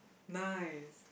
nice